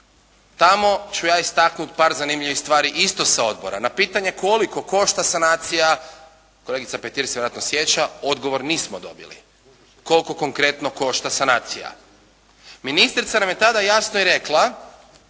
Tamo ću ja istaknuti par zanimljivih stvari isto sa odbora. Na pitanje koliko košta sanacija, kolegica Petir se vjerojatno sjeća, odgovor nismo dobili. Koliko konkretno košta sanacija? Ministrica nam je tada jasno i rekla